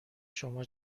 شما